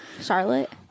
Charlotte